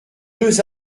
deux